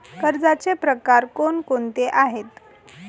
कर्जाचे प्रकार कोणकोणते आहेत?